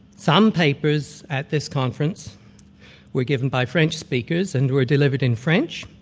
some papers at this conference were given by french speakers and were delivered in french,